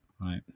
right